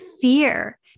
fear